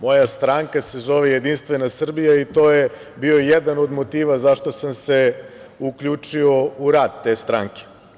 Moja stranka se zove Jedinstvena Srbija i to je bio jedan od motiva zašto sam se uključio u rad te stranke.